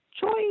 choice